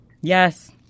Yes